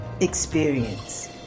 experience